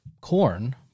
corn